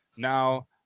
now